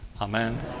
Amen